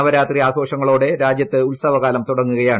നവരാത്രി ആഘോഷങ്ങളോടെ രാജ്യത്ത് ഉത്സവകാലം തുടങ്ങുക യാണ്